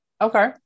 Okay